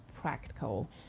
practical